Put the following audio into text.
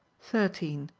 thirteen.